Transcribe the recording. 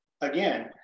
again